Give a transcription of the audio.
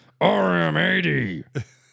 RM80